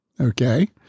okay